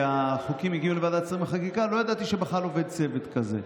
כשהחוקים הגיעו לוועדת שרים לחקיקה לא ידעתי שבכלל עובד צוות כזה.